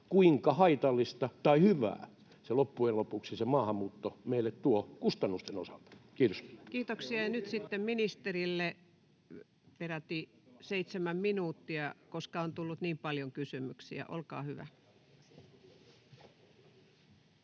kuinka haitallista tai hyvää loppujen lopuksi maahanmuutto meille tuo kustannusten osalta? — Kiitos. Kiitoksia. — Nyt sitten ministerille peräti seitsemän minuuttia, koska on tullut niin paljon kysymyksiä. Olkaa hyvä.